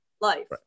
life